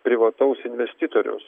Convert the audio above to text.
privataus investitoriaus